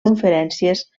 conferències